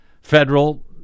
federal